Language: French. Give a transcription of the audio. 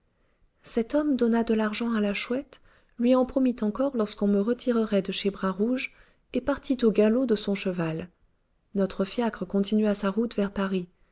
cet homme donna de l'argent à la chouette lui en promit encore lorsqu'on me retirerait de chez bras rouge et partit au galop de son cheval notre fiacre continua sa route vers paris